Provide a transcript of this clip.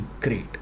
great